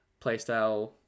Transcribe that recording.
playstyle